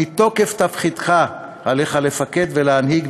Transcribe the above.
מתוקף תפקידך עליך לפקד ולהנהיג,